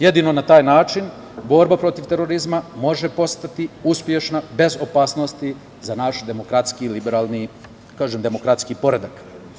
Jedino na taj način borba protiv terorizma može postati uspešna bez opasnosti za naš demokratski i liberalni poredak.